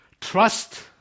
trust